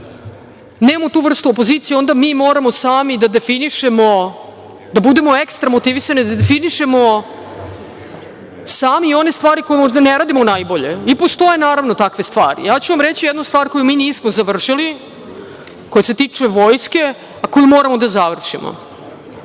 nemamo tu vrstu opozicije, onda mi moramo sami da budemo ekstra motivisani da definišemo sami i one stvari koje možda ne radimo najbolje. I postoje, naravno, takve stvari. Ja ću vam reći jednu stvar koju mi nismo završili, koja se tiče vojske, a koju moramo da završimo,